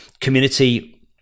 community